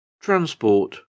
Transport